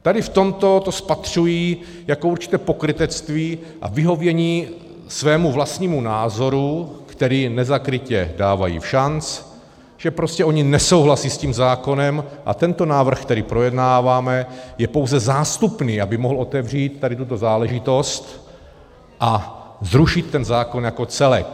Tady v tomto to spatřuji jako určité pokrytectví a vyhovění svému vlastnímu názoru, který nezakrytě dávají všanc, že prostě oni nesouhlasí s tím zákonem, a tento návrh, který projednáváme, je pouze zástupný, aby mohl otevřít tady tuto záležitost a zrušit ten zákon jako celek.